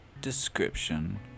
description